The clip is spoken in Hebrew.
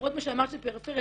למרות שאמרת שפריפריה,